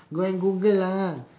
go and Google lah